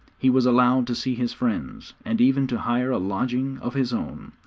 he was allowed to see his friends, and even to hire a lodging of his own,